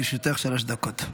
בבקשה, לרשותך שלוש דקות.